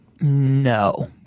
No